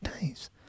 days